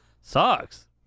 sucks